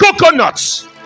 Coconuts